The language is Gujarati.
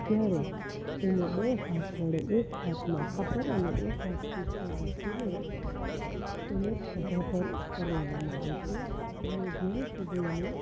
ત્યારે એને બે હાથ વડે એક હાથ માથા પર અને એક હાથ પીઠ પર રાખીને એને ખભા પર ઉપર લેવામાં આવે છે અને જ્યાં સુધી એને